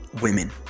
women